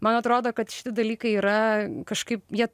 man atrodo kad šiti dalykai yra kažkaip jie